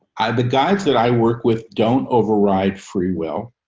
i, the guides that i work with don't override free will.